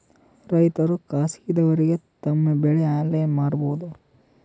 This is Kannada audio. ರೈತರು ಖಾಸಗಿದವರಗೆ ತಮ್ಮ ಬೆಳಿ ಆನ್ಲೈನ್ ಮಾರಬಹುದು?